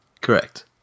Correct